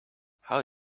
how